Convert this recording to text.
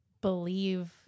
believe